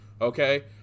okay